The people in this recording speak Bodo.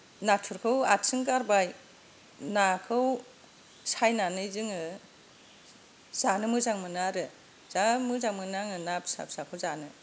नाथुरखौ आथिं गारबाय नाखौ सायनानै जोङो जानो मोजां मोनो आरो जा मोजां मोनो आङो ना फिसा फिसाखौ जानो